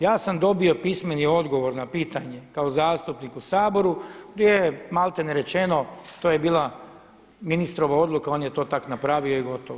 Ja sam dobio pismeni odgovor na pitanje kao zastupnik u Saboru gdje je malte ne rečeno to je bila ministrova odluka, on je to tako napravio i gotovo.